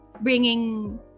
bringing